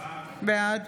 בעד